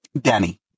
Danny